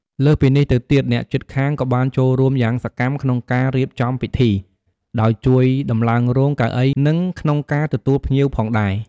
លើសពីនេះទៅទៀត អ្នកជិតខាងក៏បានចូលរួមយ៉ាងសកម្មក្នុងការរៀបចំពិធី ដោយជួយដំឡើងរោង កៅអី និង ក្នុងការទទួលភ្ញៀវផងដែរ។